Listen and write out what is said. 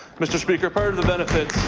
mr. speaker, part of the benefit